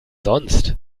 sonst